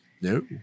no